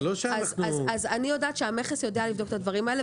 אז אני יודעת שהמכס יודע לבדוק את הדברים האלה,